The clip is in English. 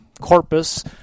corpus